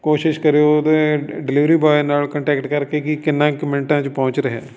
ਕੋਸ਼ਿਸ਼ ਕਰਿਓ ਅਤੇ ਡਿਲੀਵਰੀ ਬੋਆਏ ਨਾਲ ਕੰਟੈਕਟ ਕਰਕੇ ਕਿ ਕਿੰਨਾ ਕੁ ਮਿੰਟਾਂ 'ਚ ਪਹੁੰਚ ਰਿਹਾ